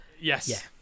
Yes